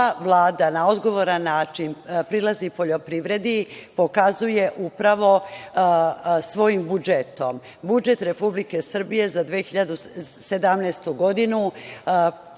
Vlada na odgovoran način prilazi poljoprivredi pokazuje upravo svojim budžetom. Budžetom Republike Srbije za 2017. godinu